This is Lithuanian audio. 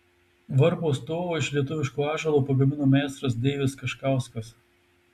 varpo stovą iš lietuviško ąžuolo pagamino meistras deivis kaškauskas